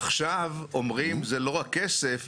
עכשיו אומרים זה לא רק כסף,